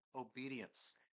obedience